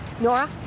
Nora